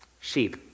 Sheep